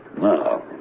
No